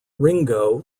ringo